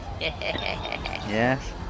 Yes